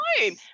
home